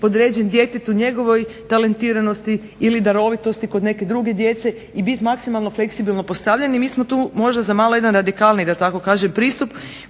podređen djetetu, njegovoj talentiranosti ili darovitosti kod neke druge djece i bit maksimalno fleksibilno postavljen i mi smo tu možda za malo jedan radikalniji da tako kažem pristup